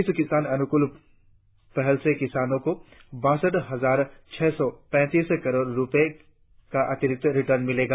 इस किसान अनुकूल पहल से किसानों को बासठ बहार छह सौ पैतीस करोड़ रुपए का अतिरिक्त रिटर्न मिलेगा